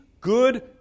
good